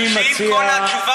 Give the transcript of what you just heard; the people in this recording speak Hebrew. אני נגד מינהל תקין?